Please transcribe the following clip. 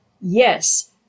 Yes